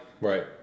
right